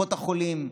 קופות החולים.